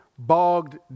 bogged